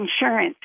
insurance